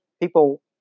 people